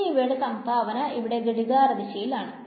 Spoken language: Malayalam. ഇനി ഇവയുടെ സംഭാവന ഇവിടെ ഘടികാര ദിശയിലാണ്